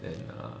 and then err